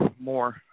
more